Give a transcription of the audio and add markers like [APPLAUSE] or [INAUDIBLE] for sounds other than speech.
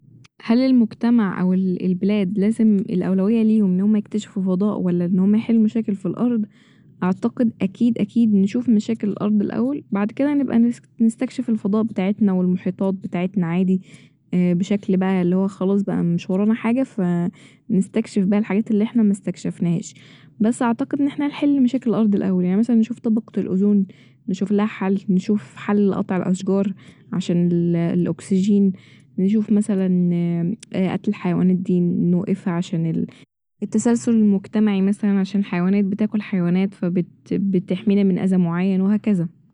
هل المجتمع او ال- البلاد لازم الأولوية ليهم إن هم يكتشفو فضاء ولا ان هم يحلو مشاكل ف الارض ، أعتقد أكيد أكيد نشوف مشاكل الارض الاول بعد كده نبقى نس- نستكشف الفضاء بتاعتنا والمحيطات بتاعتنا عادي [HESITATION] بشكل بقى اللي هو خلاص بقى مش ورانا حاجة ف [HESITATION] نستكشف بقى الحاجات اللي احنا مستكشفنهاش بس اعتقد ان احنا نحل مشاكل الارض الاول يعني مثلا نشوف طبقة الاوزون نشوفلها حل نشوف حل لقطع الاشجار عشان ال [HESITATION] الاكسجين نشوف مثلا [HESITATION] قتل الحيوانات دي نوقفها عشان ال- التسلسل المجتمعي مثلا عشان حيوانات بتاكل حيوانات ف بت- بتحمينا من اذى معين وهكذا